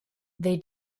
they